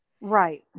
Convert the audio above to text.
Right